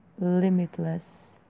limitless